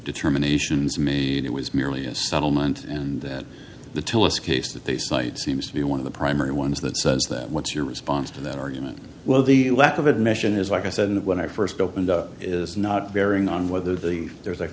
determinations made it was merely a settlement and that the tillis case that they cited seems to be one of the primary ones that says that what's your response to that argument well the lack of admission is like i said when i first opened up is not bearing on whether the there is a